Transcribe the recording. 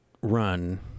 run